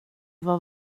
efo